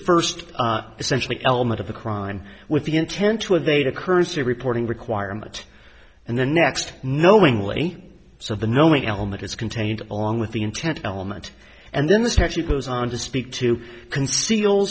first essentially element of the crime with the intent to evade a currency reporting requirement and the next knowingly so the knowing element is contained along with the intent element and then this actually goes on to speak to conceal